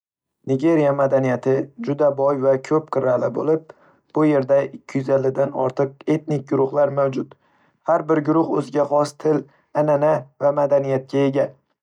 Nigeriya madaniyati juda boy va ko'p qirrali bo'lib, bu yerda ikki yuz ellikdan ortiq etnik guruhlar mavjud. Har bir guruh o'ziga xos til, an'ana va madaniyatga ega.